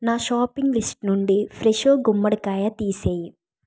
నా shopping list నుండి Fresho గుమ్మడికాయ తీసేయి